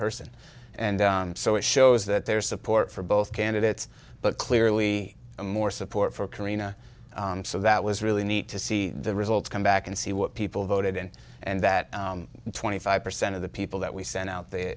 person and so it shows that there's support for both candidates but clearly more support for corrina so that was really neat to see the results come back and see what people voted in and that twenty five percent of the people that we sent out the